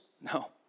No